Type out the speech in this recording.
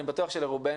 אני בטוח שלרובנו,